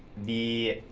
the